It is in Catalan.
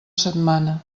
setmana